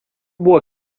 buvo